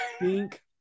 Pink